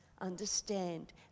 understand